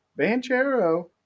Banchero